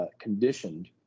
conditioned